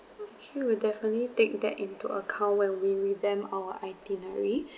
okay we'll definitely take that into account when we revamp our itinerary